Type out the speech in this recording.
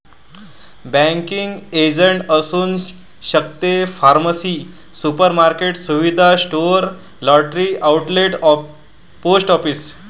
banking agent असू शकते pharmacy supermarket सुविधा store lottery outlet post office